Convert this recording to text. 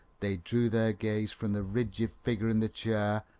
they drew their gaze from the rigid figure in the,